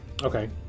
Okay